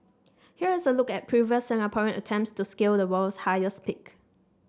here is a look at previous Singaporean attempts to scale the world's highest peak